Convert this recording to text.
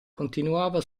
continuava